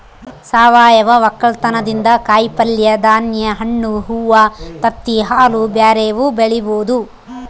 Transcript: ಸಾವಯವ ವಕ್ಕಲತನದಿಂದ ಕಾಯಿಪಲ್ಯೆ, ಧಾನ್ಯ, ಹಣ್ಣು, ಹೂವ್ವ, ತತ್ತಿ, ಹಾಲು ಬ್ಯೆರೆವು ಬೆಳಿಬೊದು